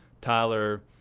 Tyler